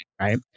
Right